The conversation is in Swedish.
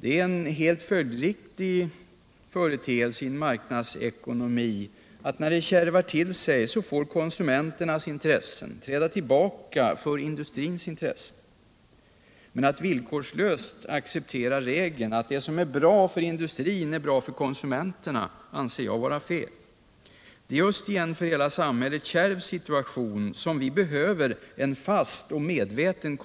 Det är en helt följdriktig företeelse i en marknadsekonomi att när det kärvar till sig får konsumenternas intressen träda tillbaka för industrins intressen. Men att villkorslöst acceptera regeln att det som är bra för industrin är bra för konsumenterna anser jag vara fel. Det är just i en för hela samhället kärv situation som vi behöver en fast, medveten